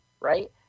right